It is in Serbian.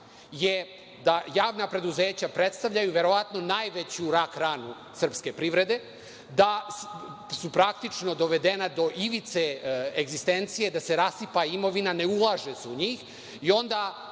je da javna preduzeća predstavljaju verovatno najveću rak-ranu srpske privrede, da su praktično, dovedena do ivice egzistencije, da se rasipa imovina, ne ulaže se u njih